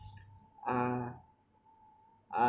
ah ah